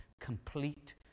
complete